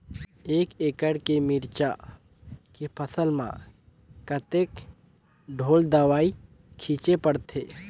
एक एकड़ के मिरचा के फसल म कतेक ढोल दवई छीचे पड़थे?